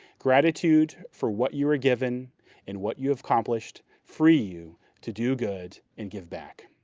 gratitude for what you were given and what you have accomplished for you to do good and give back.